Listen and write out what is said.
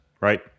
right